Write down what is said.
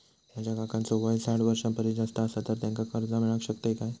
माझ्या काकांचो वय साठ वर्षां परिस जास्त आसा तर त्यांका कर्जा मेळाक शकतय काय?